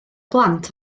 blant